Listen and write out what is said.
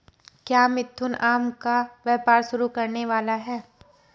क्या मिथुन आम का व्यापार शुरू करने वाला है?